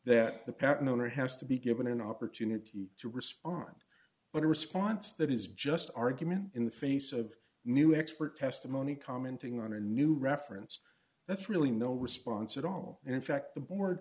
owner has to be given an opportunity to respond in a response that is just argument in the face of new expert testimony commenting on a new reference that's really no response at all and in fact the board